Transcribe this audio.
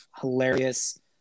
hilarious